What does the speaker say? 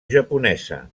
japonesa